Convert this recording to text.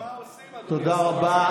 אבל מה עושים, אדוני, תודה רבה.